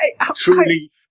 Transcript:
Truly